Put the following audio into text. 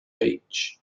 beach